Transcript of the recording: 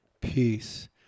peace